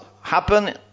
happen